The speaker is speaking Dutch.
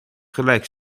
gelijk